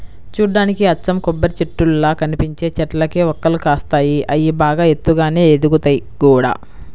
చూడ్డానికి అచ్చం కొబ్బరిచెట్టుల్లా కనిపించే చెట్లకే వక్కలు కాస్తాయి, అయ్యి బాగా ఎత్తుగానే ఎదుగుతయ్ గూడా